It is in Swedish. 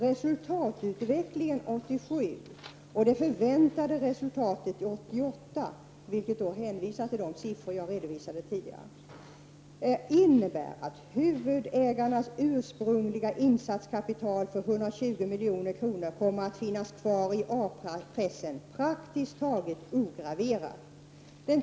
Resultatutvecklingen 1987 och det förväntade resultatet 1988, vilket hänvisar till de siffror jag redovisade tidigare, innebär att huvudägarnas ursprungliga insatskapital på 220 milj.kr. kommer att finnas kvar i A-pressen praktiskt taget ograverat.